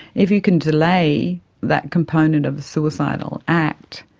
if you can delay that component of a suicidal act,